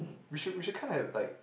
we should we should kind of like